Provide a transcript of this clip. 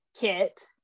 kit